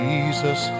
Jesus